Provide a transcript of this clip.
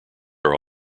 are